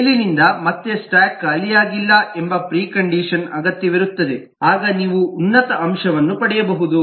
ಮೇಲಿನಿಂದ ಮತ್ತೆ ಸ್ಟಾಕ್ ಖಾಲಿಯಾಗಿಲ್ಲ ಎಂಬ ಪ್ರಿಕಂಡಿಷನ್ ಅಗತ್ಯವಿರುತ್ತದೆ ಆಗ ನೀವು ಉನ್ನತ ಅಂಶವನ್ನು ಪಡೆಯಬಹುದು